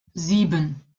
sieben